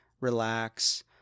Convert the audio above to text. relax